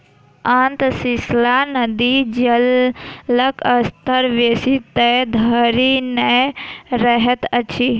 अंतः सलीला नदी मे जलक स्तर बेसी तर धरि नै रहैत अछि